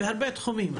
בהרבה תחומים.